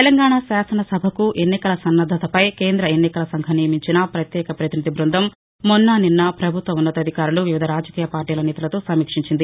తెలంగాణ శాసన సభకు ఎన్నికల సన్నద్దతపై కేంద్ర ఎన్నికల సంఘం నియమించిన పత్యేక పతినిధి బృందం మొన్న నిన్న పభుత్వ ఉన్నతాధికారులు వివిధ రాజకీయ పార్టీల నేతలతో సమీక్షించింది